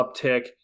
uptick